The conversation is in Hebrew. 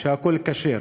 הכול כשר.